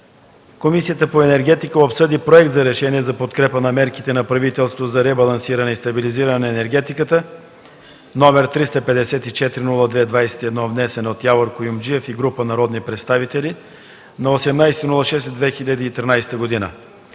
Комисията по енергетика обсъди Проект за решение за подкрепа на мерките на правителството за ребалансиране и стабилизиране на енергетиката, № 354-02-21, внесен от Явор Куюмджиев и група народни представители на 18 юни 2013 г.